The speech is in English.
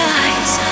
eyes